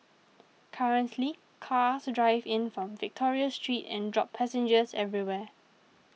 currently cars drive in from Victoria Street and drop passengers everywhere